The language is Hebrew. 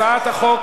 הצעת חוק